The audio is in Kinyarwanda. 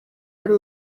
hari